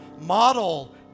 model